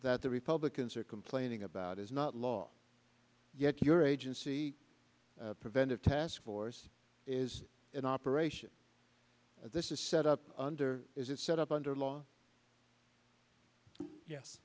that the republicans are complaining about is not law yet your agency preventive task force is in operation this is set up under is set up under law yes